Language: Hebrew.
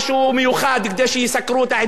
את העדה הדרוזית וידברו על הבעיות שלה.